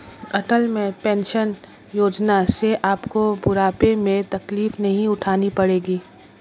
अटल pension Yojana से आपको बुढ़ापे में तकलीफ नहीं उठानी पड़ेगी